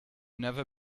never